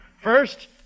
First